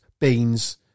beans